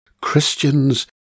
christians